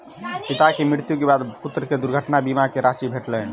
पिता के मृत्यु के बाद पुत्र के दुर्घटना बीमा के राशि भेटलैन